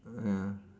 ya